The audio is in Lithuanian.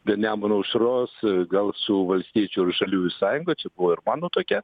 be nemuno aušros gal su valstiečių ir žaliųjų sąjunga čia buvo ir mano tokia